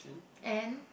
and